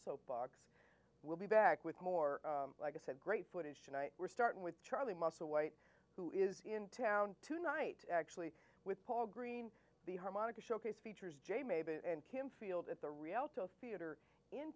soap box we'll be back with more like i said great footage tonight we're starting with charlie musselwhite who is in town tonight actually with paul green the harmonica showcase features jay maybe and kim field at the rio to a theater in